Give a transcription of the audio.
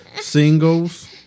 singles